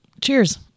Cheers